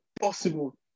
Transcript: possible